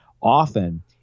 often